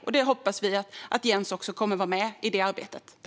Vi hoppas att Jens kommer att vara med i det arbetet.